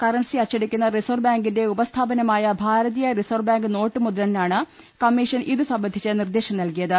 currency അച്ചടിക്കുന്ന reserve ബാങ്കിന്റെ ഉപസ്ഥാപനമായ ഭാരതീയ റിസർവ്ബാങ്ക് നോട്ട് മുദ്രണിനാണ് കമ്മീഷൻ ഇതുസംബന്ധിച്ച് നിർദേശം നൽകിയത്